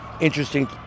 interesting